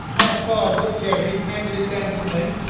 my father, jerry, handed it down to me,